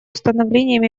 установлением